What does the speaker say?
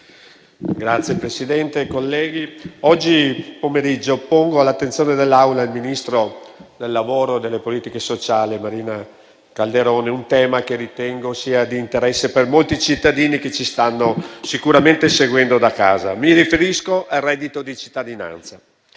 onorevoli colleghi, oggi pomeriggio pongo all'attenzione dell'Aula e del ministro del lavoro e delle politiche sociali Marina Calderone un tema che ritengo sia di interesse per molti cittadini che ci stanno sicuramente seguendo da casa. Mi riferisco al reddito di cittadinanza.